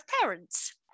parents